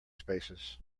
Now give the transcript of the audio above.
spaces